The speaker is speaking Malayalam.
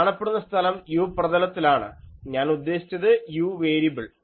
കാണപ്പെടുന്ന സ്ഥലം u പ്രതലത്തിലാണ് ഞാൻ ഉദ്ദേശിച്ചത് u വേര്യബിൾ